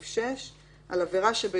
שעל כל מה שיש בחוק